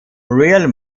real